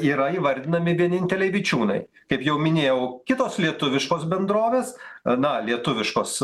yra įvardinami vieninteliai vičiūnai kaip jau minėjau kitos lietuviškos bendrovės na lietuviškos